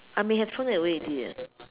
I may have thrown it away already eh